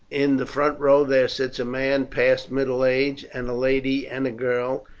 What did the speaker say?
in the front row there sits a man past middle age and a lady and a girl.